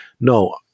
no